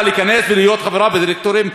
להיכנס ולהיות חברה בדירקטוריונים,